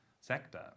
sector